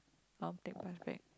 I'll take bus back